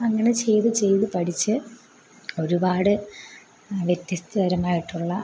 അങ്ങനെ ചെയ്ത് ചെയ്ത് പഠിച്ച് ഒരുപാട് വ്യത്യസ്ത തരമായിട്ടുള്ള